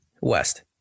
West